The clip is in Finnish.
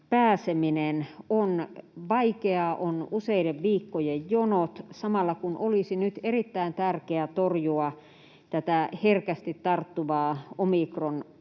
pääseminen on vaikeaa. On useiden viikkojen jonot samalla, kun olisi nyt erittäin tärkeää torjua tätä herkästi tarttuvaa